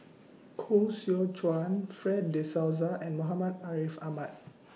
Koh Seow Chuan Fred De Souza and Muhammad Ariff Ahmad